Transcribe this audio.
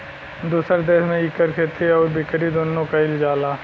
दुसर देस में इकर खेती आउर बिकरी दुन्नो कइल जाला